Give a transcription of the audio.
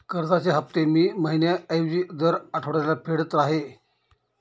कर्जाचे हफ्ते मी महिन्या ऐवजी दर आठवड्याला फेडत आहे